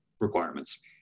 requirements